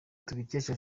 tubikesha